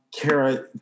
Kara